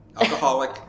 Alcoholic